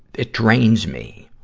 it drains me,